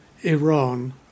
Iran